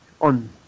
on